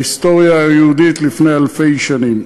ההיסטוריה היהודית לפני אלפי שנים.